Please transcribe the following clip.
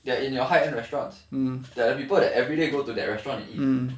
they are in your high end restaurants there are people that everyday go to that restaurant to eat